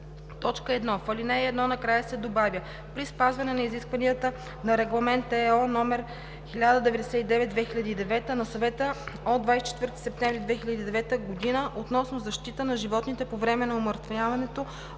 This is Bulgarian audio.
1. В ал. 1 накрая се добавя „при спазване на изискванията на Регламент (ЕО) № 1099/2009 на Съвета от 24 септември 2009 година относно защита на животните по време на умъртвяване